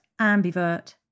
ambivert